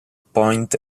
point